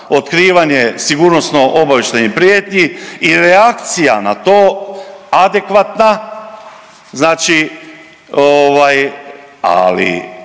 otkrivanje sigurnosno-obavještajnih prijetnji i reakcija na to adekvatna. Znači, ali